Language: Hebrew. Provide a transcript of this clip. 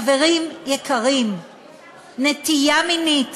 חברים יקרים, נטייה מינית